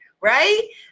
right